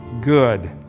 good